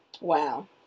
Wow